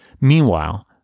Meanwhile